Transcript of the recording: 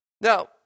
Now